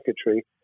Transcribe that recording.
secretary